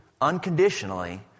unconditionally